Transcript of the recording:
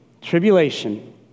Tribulation